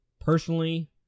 Personally